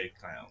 clown